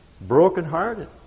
Brokenhearted